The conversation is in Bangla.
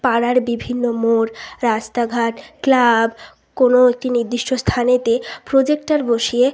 পাড়ার বিভিন্ন মোড় রাস্তাঘাট ক্লাব কোনো একটি নির্দিষ্ট স্থানেতে প্রোজেক্টার বসিয়ে